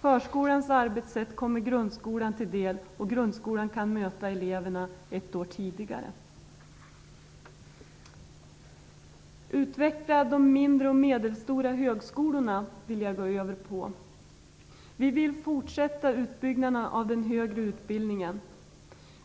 Förskolans arbetssätt kommer grundskolan till del, och grundskolan kan möta eleverna ett år tidigare. Jag vill så gå över till utvecklingen av de mindre och medelstora högskolorna. Vi vill fortsätta utbyggnaden av den högre utbildningen.